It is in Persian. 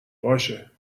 باشه